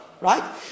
right